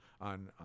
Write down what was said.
on